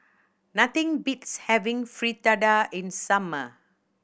nothing beats having Fritada in summer